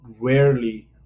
rarely